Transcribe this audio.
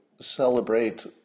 celebrate